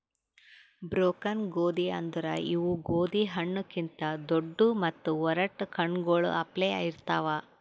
broken ಗೋದಿ ಅಂದುರ್ ಇವು ಗೋದಿ ಹಣ್ಣು ಕಿಂತ್ ದೊಡ್ಡು ಮತ್ತ ಒರಟ್ ಕಣ್ಣಗೊಳ್ ಅಪ್ಲೆ ಇರ್ತಾವ್